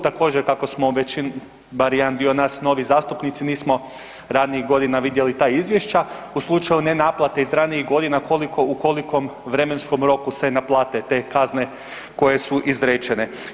Također, kako smo veći bar jedan nas novi zastupnici, nismo ranijih godina vidjeli ta izvješća, u slučaju nenaplate iz ranijih godina, koliko u koliko vremenskom roku se naplate te kazne koje su izrečene?